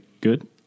good